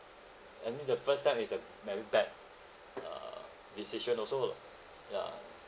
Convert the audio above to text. I mean the first time is a very bad uh decision also lah ya